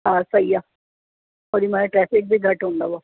हा सही आहे होॾीमहिल ट्रेफिक बि घटि हूंदव